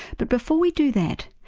but before we do that,